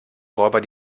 räuber